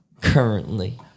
currently